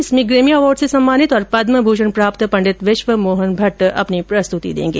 इसमें Grammy award से सम्मानित और पद्मभूषण प्राप्त पंडित विश्व मोहन भट्ट अपनी प्रस्तुति देंगे